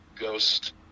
ghost